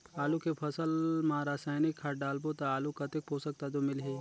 आलू के फसल मा रसायनिक खाद डालबो ता आलू कतेक पोषक तत्व मिलही?